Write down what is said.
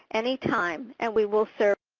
anytime and we will serve